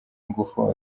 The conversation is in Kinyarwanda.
ingufu